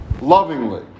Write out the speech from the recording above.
lovingly